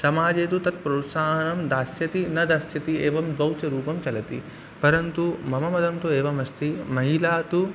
समाजे तु तत् प्रोत्साहनं दास्यति न दास्यति एवं गौच रूपं चलति परन्तु मम मतं तु एवमस्ति महिला तु